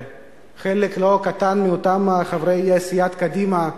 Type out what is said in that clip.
חלק לא קטן מאותם חברי סיעת קדימה,